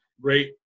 great